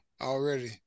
Already